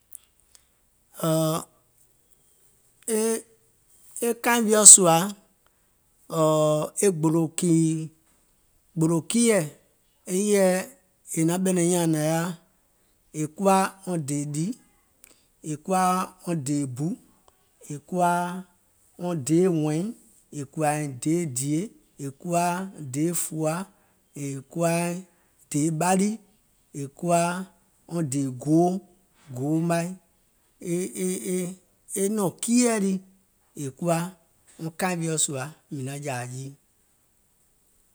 È kuwa wɔŋ dèè dì, è kuwa wɔŋ dèè bù, è kuwa wɔŋ deè wɛ̀ìŋ, è kùwàìŋ deè dìè, è kuwa deè fùà, è kuwa dèè ɓali, è kuwa dèè goò, goo mai, e e e e nɔ̀ŋ kiiɛ̀ lii è kuwa kaìŋ wiɔ̀ sùȧ mìŋ naŋ jȧȧ jii.